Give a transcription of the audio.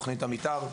תוכנית המתאר,